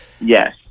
yes